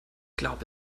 glaube